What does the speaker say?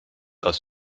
aus